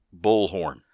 bullhorn